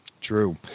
True